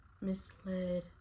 misled